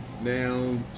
Now